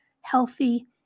healthy